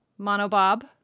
monobob